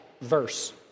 verse